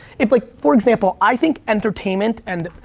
if like, for example, i think entertainment and,